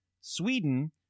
Sweden